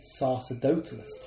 sacerdotalist